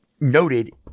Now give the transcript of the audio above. noted